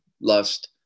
lust